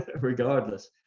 regardless